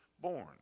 born